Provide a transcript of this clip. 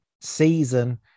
season